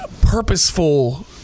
purposeful